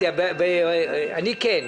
אני כן.